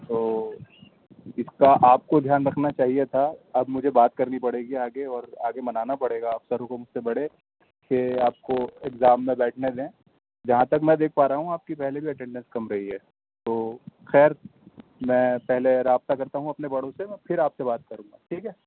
تو اس کا آپ کو دھیان رکھنا چاہئے تھا اب مجھے بات کرنی پڑے گی آگے اور آگے منانا پڑے گا افسروں کو مجھ سے بڑے کہ آپ کو ایگزام میں بیٹھنے دیں جہاں تک میں دیکھ پا رہا ہوں آپ کی پہلے بھی اٹینڈینس کم رہی ہے تو خیر میں پہلے رابطہ کرتا ہوں اپنے بڑوں سے پھر آپ سے بات کروں گا ٹھیک ہے